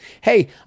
Hey